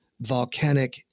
volcanic